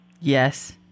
Yes